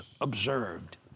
observed